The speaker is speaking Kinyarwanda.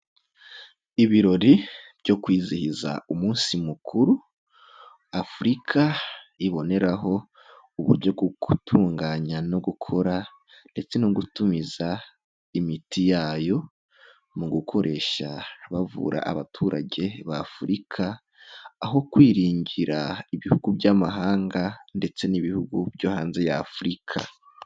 Ibirori byo kwizihiza umunsi mukuru, Afurika iboneraho uburyo bwo kutunganya no gukora ndetse no gutumiza imiti yayo, mu gukoresha bavura abaturage ba Afurika, aho kwiringira ibihugu by'amahanga ndetse n'ibihugu byo hanze ya Afurika.